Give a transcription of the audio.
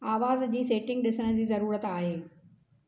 आवाज़ जी सेटिंग ॾिसण जी ज़रूरत आहे